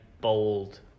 bold